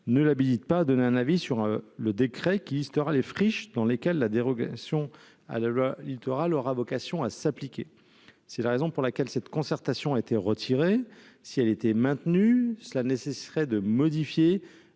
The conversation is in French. ce dernier] à donner un avis sur le décret qui listera[it] les friches dans lesquelles la dérogation à la loi Littoral aura[it] vocation à s'appliquer. C'est la raison pour laquelle cette concertation a[vait] été retirée. Si elle [avait été] maintenue, elle [aurait nécessité] de modifier